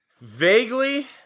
vaguely